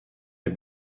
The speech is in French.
est